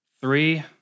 three